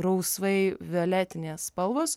rausvai violetinės spalvos